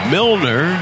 Milner